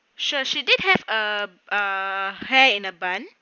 sure she did have a a hair in a bun